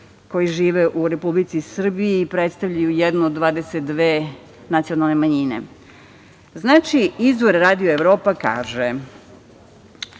koji žive u Republici Srbiji i predstavljaju jednu od 22 nacionalne manjine. Izvor Radio Evropa kaže